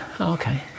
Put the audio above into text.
Okay